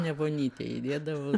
ne vonytėj įdėdavau